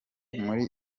muri